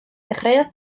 dechreuodd